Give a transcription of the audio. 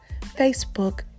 Facebook